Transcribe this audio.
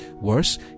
Worse